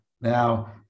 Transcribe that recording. Now